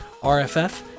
RFF